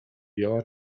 biała